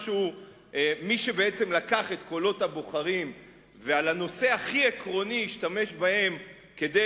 מי שבעצם לקח את קולות הבוחרים ועל הנושא הכי עקרוני השתמש בהם כדי